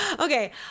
Okay